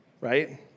right